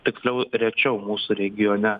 tiksliau rečiau mūsų regione